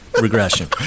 regression